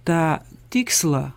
tą tikslą